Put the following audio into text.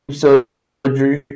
surgery